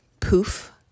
poof